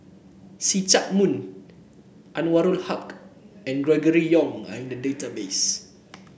See Chak Mun Anwarul Haque and Gregory Yong are in the database